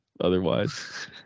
otherwise